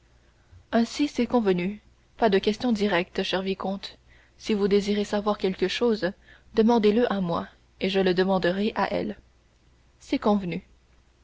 ainsi c'est convenu pas de questions directes cher vicomte si vous désirez savoir quelque chose demandez-le à moi et je le demanderai à elle c'est convenu